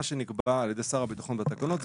מה שנקבע על ידי שר הביטחון בתקנות זה